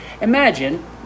Imagine